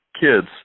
kids